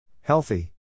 Healthy